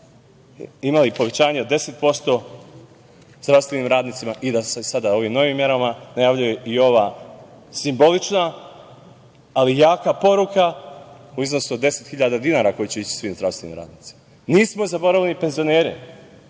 imali povećanje od 10% zdravstvenim radnicima i da se sada ovim novim merama najavljuje i ova simbolična, ali jaka poruka u iznosu od 10.000 dinara koja će ići svim zdravstvenim radnicima. Nismo zaboravili penzionere.